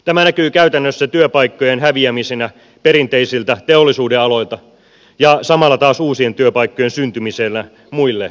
tämä näkyy käytännössä työpaikkojen häviämisenä perinteisiltä teollisuudenaloilta ja samalla taas uusien työpaikkojen syntymisenä muille sektoreille